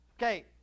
Okay